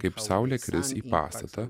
kaip saulė kris į pastatą